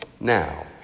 Now